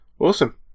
awesome